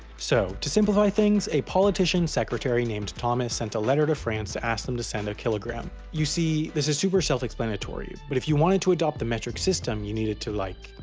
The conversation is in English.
so, to simplify things, a politician's secretary named thomas sent a letter to france to ask them to send a kilogram. you see, this is super self explanatory, but if you wanted to adopt the metric system you needed to, like,